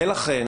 לכן